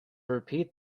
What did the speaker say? repeat